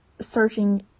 searching